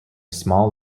small